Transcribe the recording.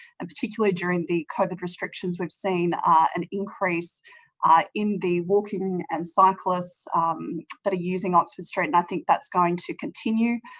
and particularly during the covid restrictions, we've seen ah an increase in the walking and cyclists that are using oxford street and i think that's going to continue.